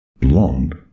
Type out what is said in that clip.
Blonde